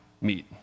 meet